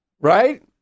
right